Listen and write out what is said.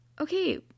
Okay